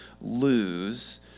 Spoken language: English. lose